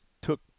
took